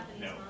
No